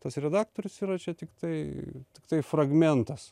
tas redaktorius yra čia tiktai tiktai fragmentas